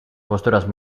posturas